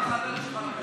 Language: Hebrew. גם החבר שלך לא משלנו.